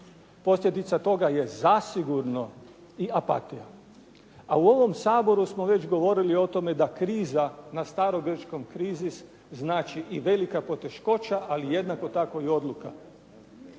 posljedica toga je zasigurno i apatija. A u ovom Saboru smo već govorili o tome da kriza na starogrčkom crisis znači i velika poteškoća, ali jednako tako i odluka.